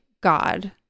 God